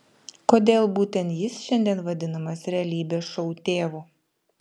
kodėl būtent jis šiandien vadinamas realybės šou tėvu